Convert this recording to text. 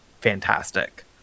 fantastic